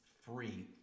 free